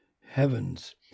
Heavens